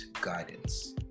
guidance